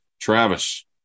Travis